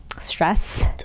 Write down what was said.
stress